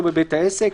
נכון?